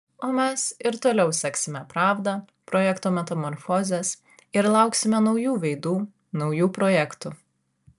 o mes ir toliau seksime pravda projekto metamorfozes ir lauksime naujų veidų naujų projektų